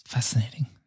Fascinating